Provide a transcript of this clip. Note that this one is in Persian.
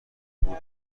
پول